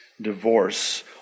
divorce